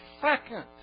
second